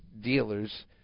dealers